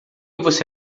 você